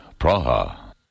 Praha